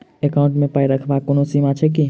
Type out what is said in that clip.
Account मे पाई रखबाक कोनो सीमा छैक की?